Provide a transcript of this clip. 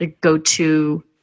go-to